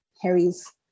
Harry's